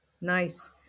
nice